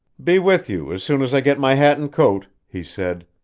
be with you as soon as i get my hat and coat, he said.